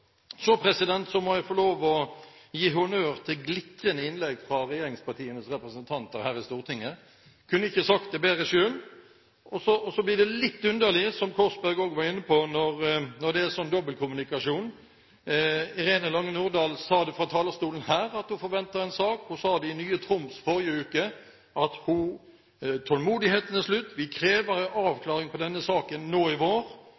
Så må jeg få lov til å gi honnør til glitrende innlegg fra regjeringspartienes representanter her i Stortinget. Jeg kunne ikke sagt det bedre selv. Så blir det litt underlig, som Korsberg også var inne på, når det er slik dobbeltkommunikasjon. Irene Lange Nordahl sa fra talerstolen her at hun forventer en sak. Hun sa til avisen Nye Troms i forrige uke at tålmodigheten er slutt. Man krever en avklaring på denne saken nå i vår.